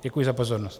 Děkuji za pozornost.